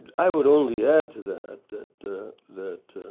i would only add to that that that